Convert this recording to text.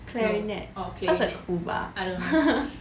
clarinet what's a tuba